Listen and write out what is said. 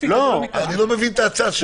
אני לא מבין את ההצעה שלו.